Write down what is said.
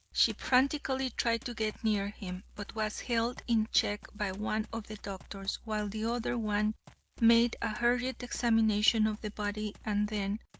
she frantically tried to get near him, but was held in check by one of the doctors, while the other one made a hurried examination of the body. and then,